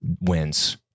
wins